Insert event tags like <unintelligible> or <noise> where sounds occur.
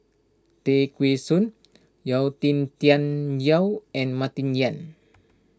Tay Kheng Soon Yau <unintelligible> Tian Yau and Martin Yan